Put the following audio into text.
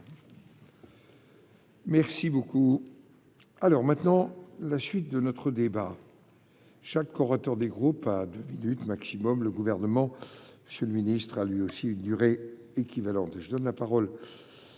Merci beaucoup alors maintenant la suite de notre débat, chaque orateur des groupes à 2 minutes maximum, le gouvernement je le ministre a lui aussi une durée équivalente, je donne la parole